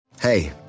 Hey